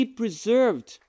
preserved